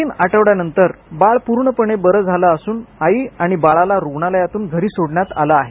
तीन आठवड्यानंतर बाळ पूर्णपणे बरं झालं असून आई आणि बाळाला रुग्णालयातून घरी सोडण्यात आल आहे